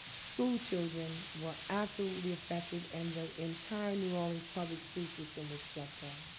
school children were absolutely affected and the entire new orleans public school system was shut down.